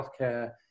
healthcare